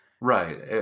right